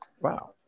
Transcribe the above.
Wow